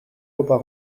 d’euros